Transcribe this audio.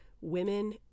Women